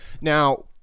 Now